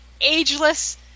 ageless